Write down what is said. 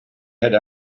had